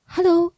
Hello